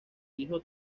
hijo